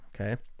Okay